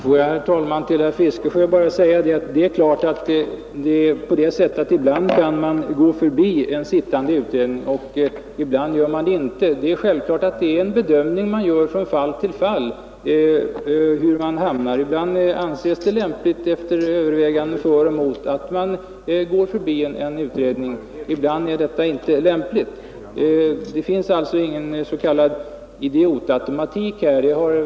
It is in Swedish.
Får jag, herr talman, till herr Fiskesjö bara säga, att man naturligtvis ibland kan gå förbi en sittande utredning, medan man ibland inte gör det. Det är självklart en bedömning från fall till fall. Ibland anses det lämpligt, efter överväganden för och emot, att man går förbi en utredning, men ibland är detta inte lämpligt. Det finns alltså ingen s.k. idiotautomatik här.